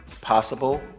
possible